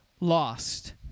lost